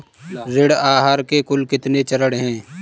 ऋण आहार के कुल कितने चरण हैं?